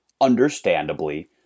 understandably